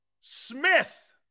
Smith